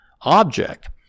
object